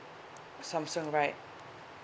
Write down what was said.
samsung right